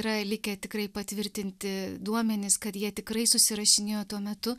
yra likę tikrai patvirtinti duomenys kad jie tikrai susirašinėjo tuo metu